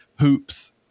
hoops